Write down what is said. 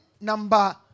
number